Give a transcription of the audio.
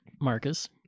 Marcus